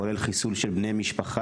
כולל חיסול של בני משפחה,